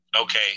Okay